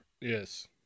Yes